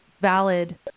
valid